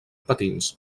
patins